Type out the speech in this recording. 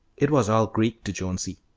it was all greek to jonesy.